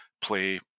play